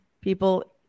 people